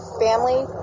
family